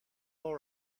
all